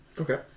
Okay